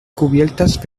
cubiertas